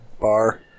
bar